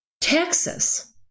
Texas